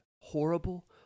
horrible